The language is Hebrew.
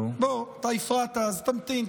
בוא, אתה הפרעת, אז תמתין.